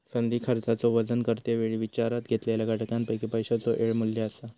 संधी खर्चाचो वजन करते वेळी विचारात घेतलेल्या घटकांपैकी पैशाचो येळ मू्ल्य असा